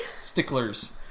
sticklers